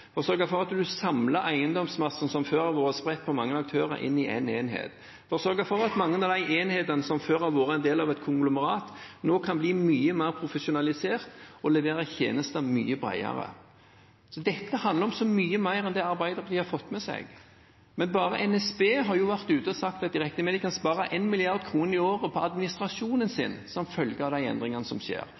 for å sørge for at en samler eiendomsmassen som før har vært spredt på mange aktører, i én enhet, og for å sørge for at mange av de enhetene som før har vært en del av et konglomerat, nå kan bli mye mer profesjonalisert og levere tjenester mye bredere. Dette handler om så mye mer enn det Arbeiderpartiet har fått med seg. NSB har jo vært ute og sagt at de regner med de kan spare 1 mrd. kr i året på administrasjonen sin som følge av de endringene som skjer.